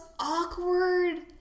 awkward